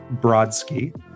Brodsky